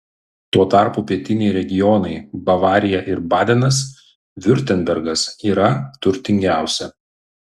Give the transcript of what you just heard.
tuo tarpu pietiniai regionai bavarija ir badenas viurtembergas yra turtingiausi